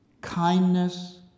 kindness